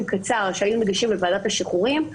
לתקופה קצרה שהיו מגישים לוועדת השחרורים,